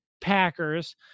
Packers